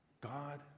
God